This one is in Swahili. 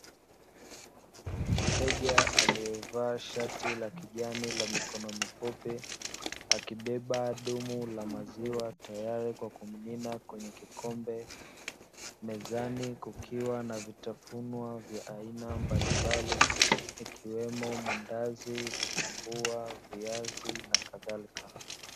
Mteja aliyevaa shati la kijani la mikono mifupi, akibeba dumu la maziwa tayari kwa kumimina kwenye kikombe; mezani kukiwa na vitafunwa vya aina mbalimbali ikiwemo: maandazi, vitumbua, viazi, na kadhalika.